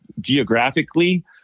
geographically